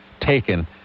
taken